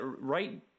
right